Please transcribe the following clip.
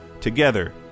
Together